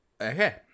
Okay